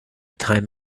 time